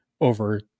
over